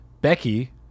Becky